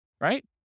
right